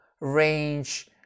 range